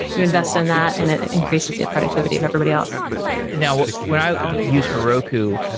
you invest in that and it increases the productivity of everybody else now when i use heroku,